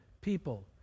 people